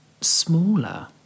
smaller